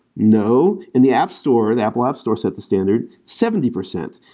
no. in the app store, the apple app store set the standard, seventy percent.